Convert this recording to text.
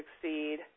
succeed